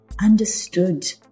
understood